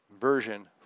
version